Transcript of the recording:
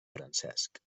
francesc